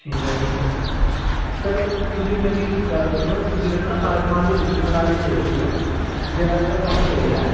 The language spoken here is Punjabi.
ਠੀਕ ਹੈ ਠੀਕ ਹੈ ਚਲੋ ਤੁਸੀਂ ਮੇਰੀ ਗੱਲ ਸੁਣੋ ਤੁਸੀਂ ਮੈਨੂੰ ਨਾ ਸਾਰੇ ਸਮਾਨ ਦੀ ਲਿਸਟ ਬਣਾ ਕੇ ਭੇਜ ਦਿਓ ਜਿਹੜਾ ਜਿਹੜਾ ਤੁਹਾਨੂੰ ਚਾਈਦਾ